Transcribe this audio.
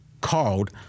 called